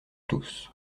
tous